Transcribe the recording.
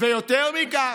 ויותר מכך,